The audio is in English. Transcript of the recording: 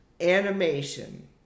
animation